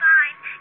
Fine